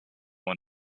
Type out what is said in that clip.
went